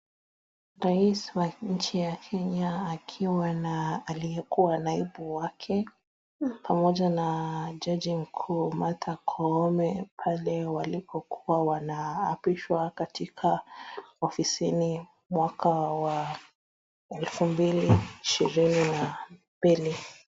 Rais wa nchi ya Kenya akiwa na aliyekuwa naibu wake pamoja na jaji mkuu Martha Koome, pale walipokuwa wanaapishwa katika ofisini mwaka wa elfu mbili ishirini na mbili.